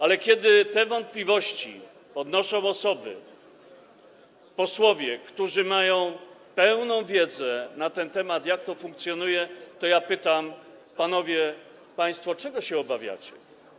Ale kiedy te wątpliwości podnoszą osoby, posłowie, którzy mają pełną wiedzę na temat tego, jak to funkcjonuje, to pytam: Panowie, państwo czego się obawiacie?